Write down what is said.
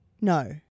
No